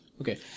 Okay